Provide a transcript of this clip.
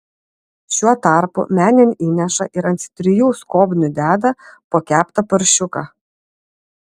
šiuo tarpu menėn įneša ir ant trijų skobnių deda po keptą paršiuką